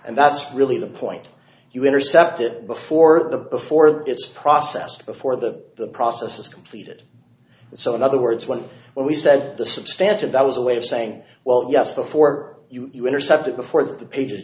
and that's really the point you intercepted before the before it's processed before the the process is completed so in other words when when we said the substantia that was a way of saying well yes before you intercepted before the page